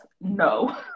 No